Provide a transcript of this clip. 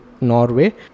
Norway